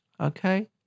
okay